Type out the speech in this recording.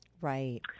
Right